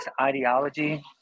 ideology